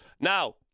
Now